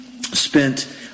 spent